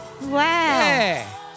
Wow